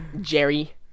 Jerry